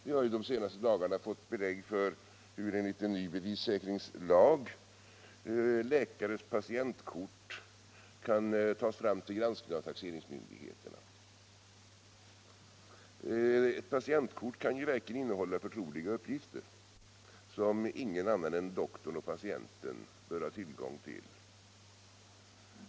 Vi har ju de senaste dagarna fått belägg för hur enligt en liten ny bevissäkringslag läkares patientkort kan tas fram till granskning av taxeringsmyndigheterna. Ett patientkort kan verkligen innehålla förtroliga uppgifter, som ingen annan än doktorn och patienten bör ha tillgång till.